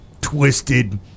twisted